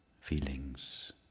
feelings